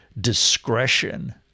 discretion